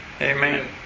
Amen